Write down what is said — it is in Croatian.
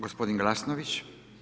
Gospodin Glasnović.